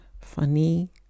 funny